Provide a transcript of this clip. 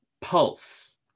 Pulse